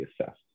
assessed